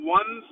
one